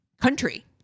country